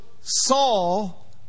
Saul